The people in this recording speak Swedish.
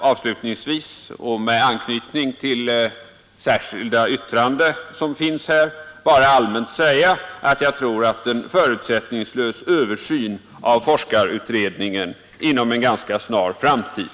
Avslutningsvis och med anknytning till det särskilda yttrande som avgivits på denna punkt vill jag helt allmänt säga att jag tror att en förutsättningslös översyn av forskarkarriären är angelägen inom en ganska snar framtid.